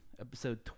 Episode